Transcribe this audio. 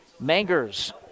Mangers